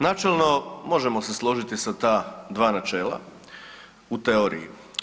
Načelno, možemo se složiti sa ta 2 načela, u teoriji.